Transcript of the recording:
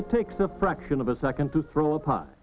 it takes a fraction of a second to throw a p